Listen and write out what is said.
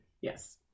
Yes